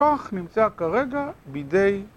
‫כוח נמצא כרגע בידי...